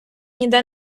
ніде